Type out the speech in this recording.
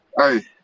Hey